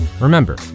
remember